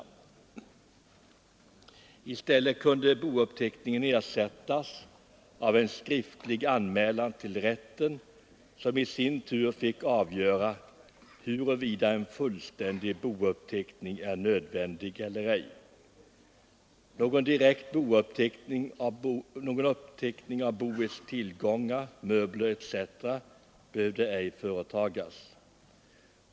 I stället kunde bouppteckningen ersättas av en skriftlig anmälan till rätten, som i sin tur fick avgöra huruvida en fullständig bouppteckning är nödvändig eller ej. Någon direkt uppteckning av boets tillgångar, möbler etc. behöver ej företagas.